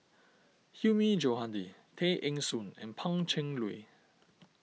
Hilmi Johandi Tay Eng Soon and Pan Cheng Lui